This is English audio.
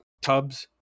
tubs